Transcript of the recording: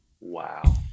Wow